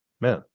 Man